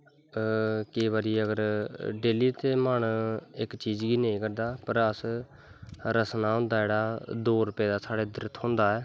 केईं बारी अगर डेल्ली ते मन इक्क चीज गी ते नी करदा पर अस रसला होंदा साढ़ै इद्धर दो रपेऽ दा थ्होंदा ऐ